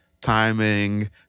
timing